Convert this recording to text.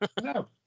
No